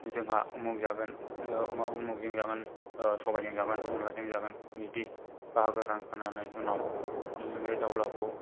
जोंहा उमुक जागोन माबा उमुकजों जागोन सबायजों जागोन अन्दलाजों जागोन बिदि बाहागो रानखानानै उनाव बे दाउलाखौ